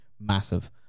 massive